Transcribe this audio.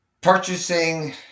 purchasing